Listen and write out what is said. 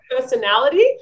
personality